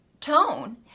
tone